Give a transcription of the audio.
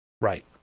Right